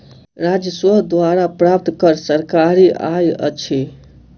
राजस्व द्वारा प्राप्त कर सरकारी आय अछि